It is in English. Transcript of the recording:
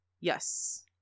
Yes